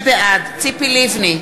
בעד ציפי לבני,